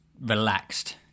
relaxed